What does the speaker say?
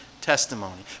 testimony